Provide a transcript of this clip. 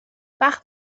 وقت